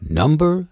number